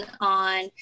on